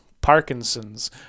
Parkinson's